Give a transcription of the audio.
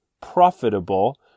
profitable